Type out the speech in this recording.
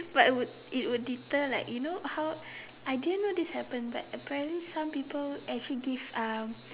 but would it would deter like you know how I didn't know this happened but apparently some people actually diff~ um